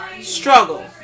struggle